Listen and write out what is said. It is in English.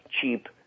cheap